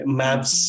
maps